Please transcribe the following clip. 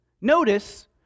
Notice